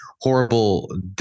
horrible